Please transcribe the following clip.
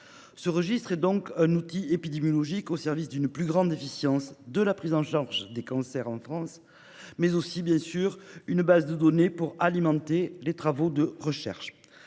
Ce registre constitue donc un outil épidémiologique au service d'une plus grande efficacité de la prise en charge des cancers en France, mais aussi, bien sûr, une base de données pour alimenter les travaux de recherche.